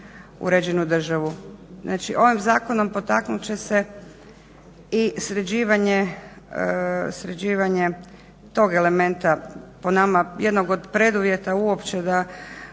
uređenu državu. Znači, ovim zakonom potaknut će se i sređivanje tog elementa po nama jednog od preduvjeta uopće da